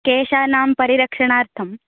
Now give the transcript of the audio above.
केशानां परिरक्षणार्थं